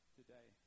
today